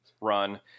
run